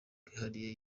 bwihariye